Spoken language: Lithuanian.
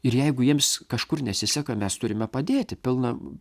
ir jeigu jiems kažkur nesiseka mes turime padėti pilnam